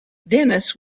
dennis